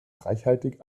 reichhaltig